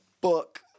book